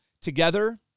together